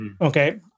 Okay